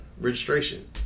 registration